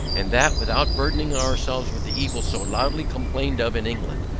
and that without burdening ourselves with the evil so loudly complained of in england,